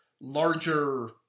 larger